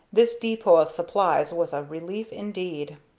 this depot of supplies was a relief indeed.